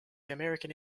american